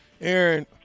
Aaron